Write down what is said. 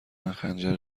خنجر